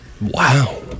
Wow